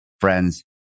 friends